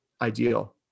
ideal